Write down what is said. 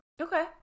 Okay